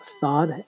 thought